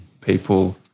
people